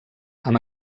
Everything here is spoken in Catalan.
amb